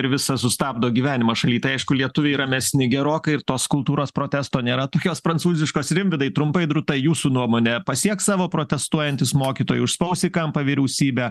ir visą sustabdo gyvenimą šaly tai aišku lietuviai ramesni gerokai ir tos kultūros protesto nėra tokios prancūziškos rimvydai trumpai drūtai jūsų nuomone pasieks savo protestuojantys mokytojai užspaus į kampą vyriausybę